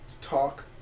Talk